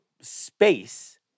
space